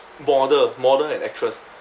model model and actress